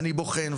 אני בוחן,